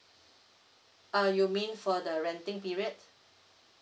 uh you mean for the renting period